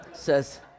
says